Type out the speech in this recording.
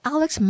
Alex